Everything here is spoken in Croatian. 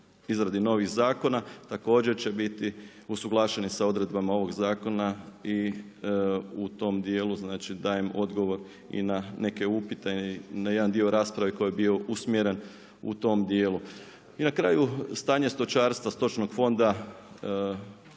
izradi novih zakona, također će biti usuglašeni sa odredbama ovog zakona i u tom dijelu dajem odgovor i na neke upite i na jedan dio rasprave koji je bio usmjeren u tom dijelu. I na kraju, stanje stočarstva, stočnog fonda,